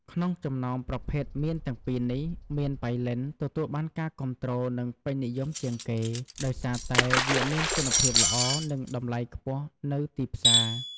ក្នុងចំណោមប្រភេទមៀនទាំងពីរនេះ មៀនប៉ៃលិន ទទួលបានការគាំទ្រ និងពេញនិយមជាងគេ ដោយសារតែវាមានគុណភាពល្អ និងតម្លៃខ្ពស់នៅទីផ្សារ។